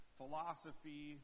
philosophy